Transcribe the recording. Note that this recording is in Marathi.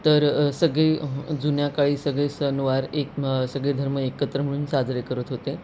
तर सगळे जुन्या काळी सगळे सणवार एक सगळे धर्म एकत्र म्हणून साजरे करत होते